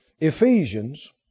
Ephesians